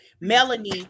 melanie